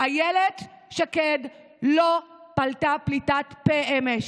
אילת שקד לא פלטה פליטת פה אמש.